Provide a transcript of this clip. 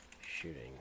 shooting